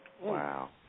Wow